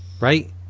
right